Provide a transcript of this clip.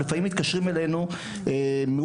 לפעמים מתקשרים אלינו מישיבות,